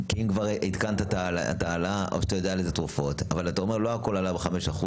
אתה אומר שלא הכול עלה ב-5%,